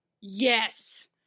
Yes